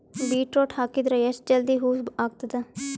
Beetroot ಹಾಕಿದರ ಎಷ್ಟ ಜಲ್ದಿ ಹೂವ ಆಗತದ?